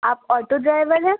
آپ auto driver ہیں